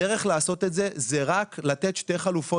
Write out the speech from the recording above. הדרך לעשות את זה היא רק לתת שתי חלופות,